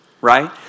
right